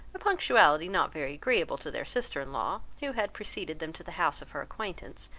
a punctuality not very agreeable to their sister-in-law, who had preceded them to the house of her acquaintance,